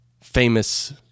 famous